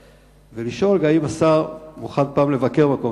ולשאול גם אם השר מוכן פעם לבקר במקום.